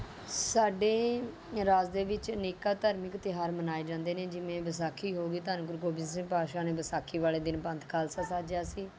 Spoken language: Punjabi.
ਸਾਡੇ ਰਾਜ ਦੇ ਵਿੱਚ ਅਨੇਕਾਂ ਧਾਰਮਿਕ ਤਿਉਹਾਰ ਮਨਾਏ ਜਾਂਦੇ ਨੇ ਜਿਵੇਂ ਵਿਸਾਖੀ ਹੋ ਗਈ ਧੰਨ ਗੁਰੂ ਗੋਬਿੰਦ ਸਿੰਘ ਪਾਤਸ਼ਾਹ ਨੇ ਵਿਸਾਖੀ ਵਾਲੇ ਦਿਨ ਪੰਥ ਖਾਲਸਾ ਸਾਜਿਆ ਸੀ